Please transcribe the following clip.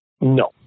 No